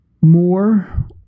more